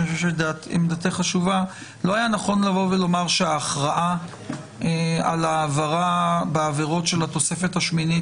אני חושב שעמדתך חשובה שההכרעה על העברה בעבירות של התוספת השמינית